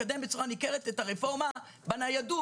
לקדם בצורה ניכרת את הרפורמה בניידות.